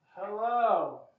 Hello